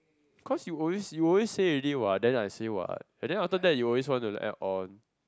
cause you always you always say already what then I say what and then after that you always want to add on